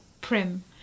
prim